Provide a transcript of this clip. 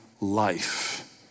life